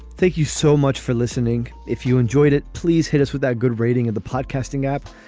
thank you so much for listening. if you enjoyed it, please hit us with that good rating of the podcasting app.